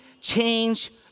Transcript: change